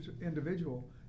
individual